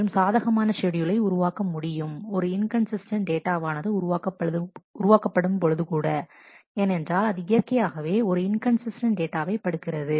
மற்றும் சாதகமான ஷெட்யூலை உருவாக்க முடியும் ஒரு இன்கன்சிஸ்டன்ட் டேட்டாவானது உருவாக்கப்படும் பொழுது கூட ஏனென்றால் அது இயற்கையாகவே ஒரு இன்கன்சிஸ்டன்ட் டேட்டாவை படிக்கிறது